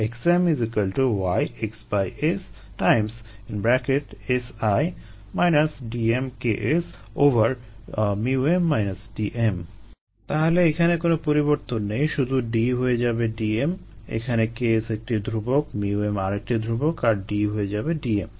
xmYxS Si Dm KSm Dm তাহলে এখানে কোনো পরিবর্তন নেই শুধু D হয়ে যাবে Dm এখানে Ks একটি ধ্রুবক 𝜇𝑚 আরেকটি ধ্রুবক আর D হয়ে যাবে Dm